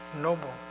Noble